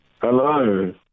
Hello